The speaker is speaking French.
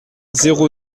zéro